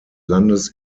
landes